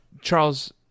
Charles